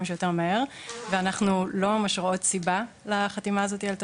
שיותר מהר ואנחנו לא ממש רואות סיבה לחתימה הזו על תצהירים,